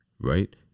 Right